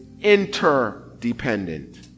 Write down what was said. interdependent